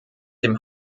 dem